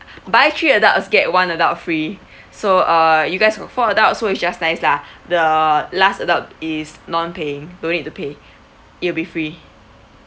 buy three adults get one adult free so err you guys got four adults so it's just nice lah the last adult is non-paying don't need to pay it'll be free